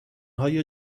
های